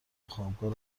وخوابگاه